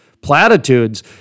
platitudes